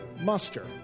muster